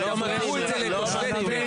איזה בושה.